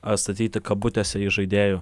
atstatyti kabutėse iš žaidėjų